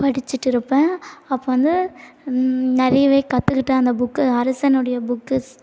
படிச்சுட்டிருப்பேன் அப்போது வந்து நிறையவே கற்றுக்கிட்டேன் அந்த புக்கு அரசனுடைய புக்குஸ்